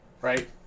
Right